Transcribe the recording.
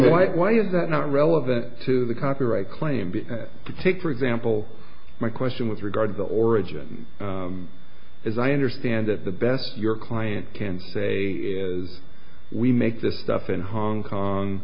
that not relevant the copyright claim to take for example my question with regard to the origin as i understand it the best your client can say is we make this stuff in hong kong